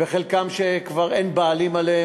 וחלקם שכבר אין להם בעלים,